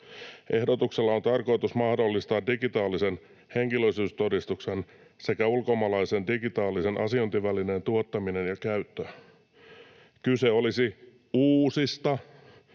Ehdotuksella on tarkoitus mahdollistaa digitaalisen henkilöllisyystodistuksen sekä ulkomaalaisen digitaalisen asiointivälineen tuottaminen ja käyttö. Kyse olisi uusista